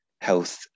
health